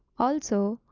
also,